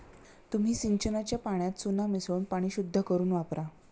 तुम्ही सिंचनाच्या पाण्यात चुना मिसळून पाणी शुद्ध करुन वापरा